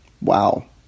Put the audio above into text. Wow